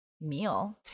meal